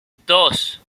dos